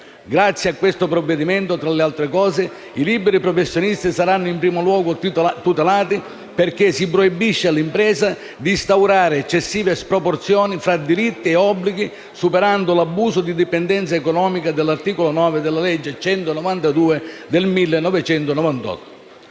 Grazie a questo provvedimento, tra le altre cose, i liberi professionisti saranno in primo luogo tutelati, perché si proibisce all’impresa di instaurare eccessive sproporzioni fra diritti e obblighi, superando l’abuso di dipendenza economica dell’articolo 9 della legge n. 192 del 1998.